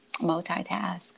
multitask